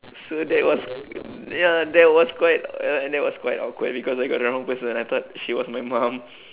so that was ya that was quite uh and that was quite awkward because I got the wrong person I thought she was my mum